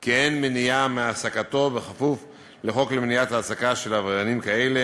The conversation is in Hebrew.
כי אין מניעה להעסקתו בכפוף לחוק למניעת העסקה של עבריינים כאלה,